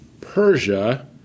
Persia